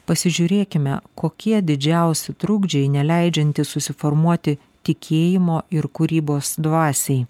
pasižiūrėkime kokie didžiausi trukdžiai neleidžiantys susiformuoti tikėjimo ir kūrybos dvasiai